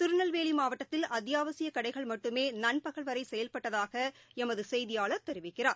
திருநெல்வேலிமாவட்டத்தில் அத்தியாவசியகடைகள் மட்டுமேநண்பகல் வரைசெயல்பட்டதாகஎமதுசெய்தியாளர் தெரிவிக்கிறார்